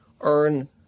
earn